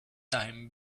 time